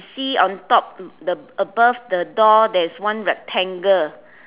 see on top the above the door there is one rectangle